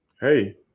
Hey